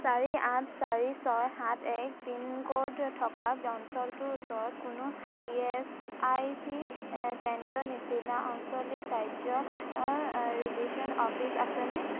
চাৰি আঠ চাৰি ছয় সাত এক পিনক'ড থকা অঞ্চলটোৰ ওচৰত কোনো ই এছ আই চি কেন্দ্ৰীয় নিচিনা আঞ্চলিক কাৰ্যালয় আছেনে